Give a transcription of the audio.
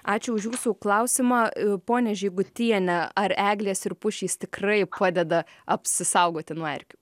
ačiū už jūsų klausimą ponia žigutiene ar eglės ir pušys tikrai padeda apsisaugoti nuo erkių